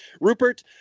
Rupert